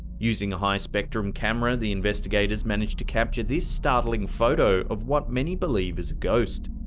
using a high spectrum camera, the investigators managed to capture this startling photo of what many believe is a ghost.